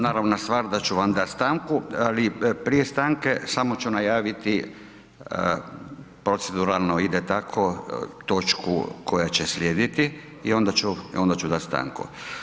Naravna stvar da ću vam dati stanku, ali prije stanke samo ću najaviti, proceduralno ide tako točku koja će slijediti i onda ću dati stanku.